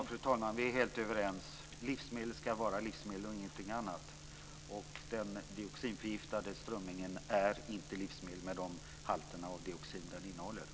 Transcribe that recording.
Fru talman! Vi är helt överens. Livsmedel ska vara livsmedel och ingenting annat. Den förgiftade strömmingen är med de halter av dioxin som den har inte ett livsmedel.